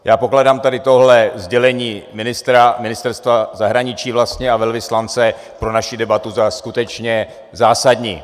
Já pokládám tady tohle sdělení ministra, Ministerstva zahraničí vlastně, a velvyslance pro naši debatu za skutečně zásadní.